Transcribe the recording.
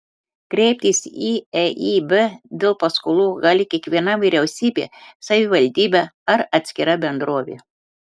kreiptis į eib dėl paskolų gali kiekviena vyriausybė savivaldybė ar atskira bendrovė